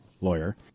lawyer